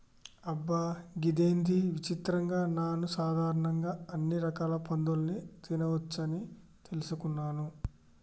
అబ్బ గిదేంది విచిత్రం నాను సాధారణంగా అన్ని రకాల పందులని తినవచ్చని తెలుసుకున్నాను